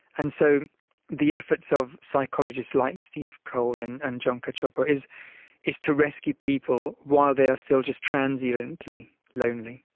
and so the efforts of psychologists like steve cole and and john cacioppo is is to rescue people while they are still just transiently lonely,